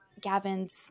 Gavin's